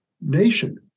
nation